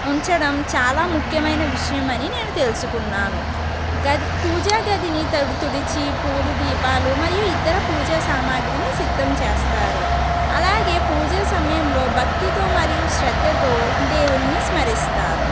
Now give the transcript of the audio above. ఉంచడం చాలా ముఖ్యమైన విషయమని నేను తెలుసుకున్నాను గది పూజాగదిని తుడిచి పూలు దీపాలు మరియు ఇతర పూజా సామాగ్రిని సిద్ధం చేస్తారు అలాగే పూజ సమయంలో భక్తితో మరియు శ్రద్ధతో దేవునిని స్మరిస్తారు